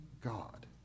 God